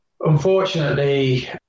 unfortunately